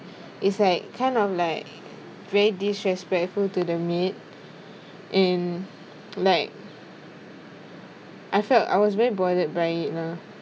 it's like kind of like very disrespectful to the maid and like I felt I was very bothered by it lah